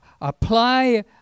apply